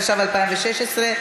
התשע"ו 2016,